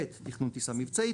תכנון טיסה מבצעית,